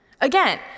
Again